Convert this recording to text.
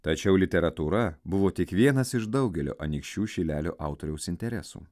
tačiau literatūra buvo tik vienas iš daugelio anykščių šilelio autoriaus interesų